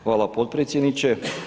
Hvala potpredsjedniče.